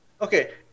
Okay